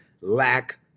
lack